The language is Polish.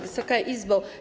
Wysoka Izbo!